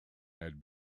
had